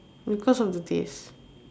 because of the taste